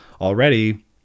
already